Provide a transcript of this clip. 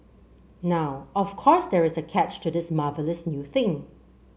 now of course there is a catch to this marvellous new thing